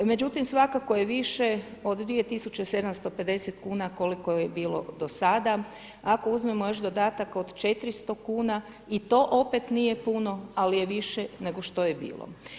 Međutim svakako je više od 2750 kuna koliko je bilo do sada ako uzmemo još dodatak od 400 kuna i to opet nije puno, ali je više nego što je bilo.